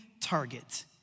target